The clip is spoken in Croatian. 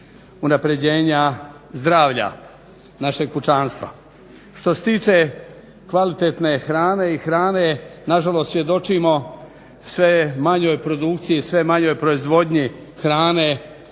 unapređenja zdravlja našeg pučanstva. Što se tiče kvalitetne hrane i hrane, nažalost svjedočimo sve manjoj produkciji, sve manjoj proizvodnji hrane